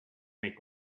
make